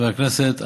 חבר הכנסת,